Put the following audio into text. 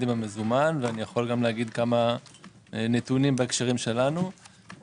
עם המזומן ואני יכול להגיד כמה נתונים בהקשרים שלנו.